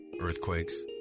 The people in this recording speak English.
earthquakes